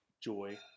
joy